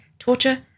Torture